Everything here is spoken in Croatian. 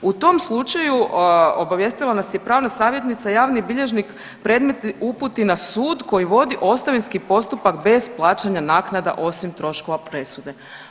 U tom slučaju obavijestila nas je pravna savjetnica javni bilježnik predmet uputiti na sud koji vodi ostavinski postupak bez plaćanja naknada osim troškova presude.